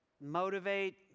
motivate